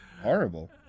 Horrible